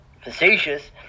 facetious